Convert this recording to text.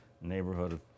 neighborhood